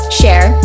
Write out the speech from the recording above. share